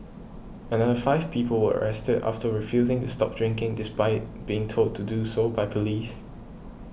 another five people were arrested after refusing to stop drinking despite being told to do so by police